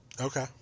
Okay